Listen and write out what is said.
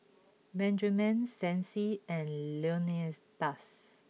Benjamen Stacy and Leonidas